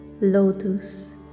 lotus